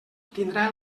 tindrà